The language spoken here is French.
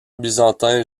byzantin